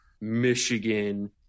Michigan